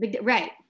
right